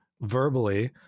verbally